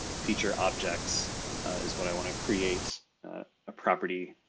feature objects is what i want to create a property